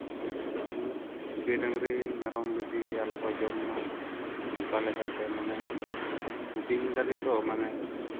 ᱮᱜ ᱜᱟᱹᱭ ᱰᱟᱝᱨᱤ ᱢᱮᱨᱚᱢ ᱵᱷᱤᱰᱤ ᱟᱞᱚ ᱠᱚ ᱡᱚᱢ ᱢᱟ ᱚᱱᱠᱟ ᱞᱮᱠᱟᱛᱮ ᱢᱟᱱᱮ ᱦᱩᱰᱤᱧ ᱫᱟᱨᱮ ᱛᱚ ᱢᱟᱱᱮ